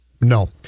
No